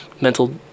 mental